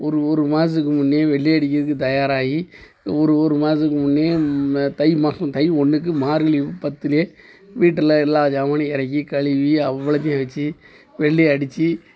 ஒரு ஒரு மாதத்துக்கு முன்னையே வெள்ளை அடிக்கிறதுக்கு தயாராகி ஒரு ஒரு மாதத்துக்கு முன்னையே ம தை மாதம் தை ஒன்றுக்கு மார்கழி பத்தில் வீட்டில் எல்லா சாமானையும் இறக்கி கழுவி அவ்வளோத்தையும் வச்சு வெள்ளை அடிச்சு